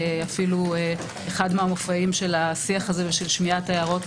אפילו אחד מהמופעים של השיח הזה ושל שמיעת ההערות